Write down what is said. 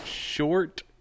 short